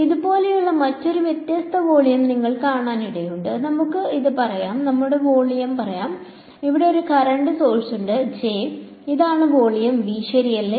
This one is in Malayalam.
ഇതുപോലെയുള്ള മറ്റൊരു വ്യത്യസ്ത വോള്യം നിങ്ങൾ കാണാനിടയുണ്ട് നമുക്ക് ഇത് പറയാം നമുക്ക് വോളിയം പറയാം ഇവിടെ ഒരു കറന്റ് സോഴ്സ് ഉണ്ട് J ഇതാണ് വോളിയം V ശെരിയല്ലേ